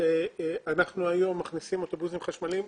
אנחנו היום מכניסים אוטובוסים חשמליים.